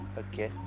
okay